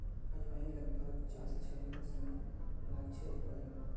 अजवाईन लग्ब्भाग चार से छः महिनार समय लागछे उत्पादनोत